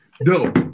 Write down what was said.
no